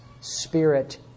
spirit